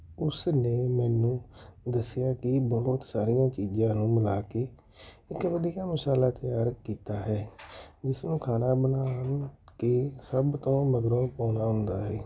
ਉਸ ਨੇ ਮੈਨੂੰ ਦੱਸਿਆ ਕਿ ਬਹੁਤ ਸਾਰੀਆਂ ਚੀਜ਼ਾਂ ਨੂੰ ਮਿਲਾ ਕੇ ਇੱਕ ਵਧੀਆ ਮਸਾਲਾ ਤਿਆਰ ਕੀਤਾ ਹੈ ਜਿਸ ਨੂੰ ਖਾਣਾ ਬਣਾ ਕੇ ਸਭ ਤੋਂ ਮਗਰੋਂ ਪਾਉਣਾ ਹੁੰਦਾ ਹੈ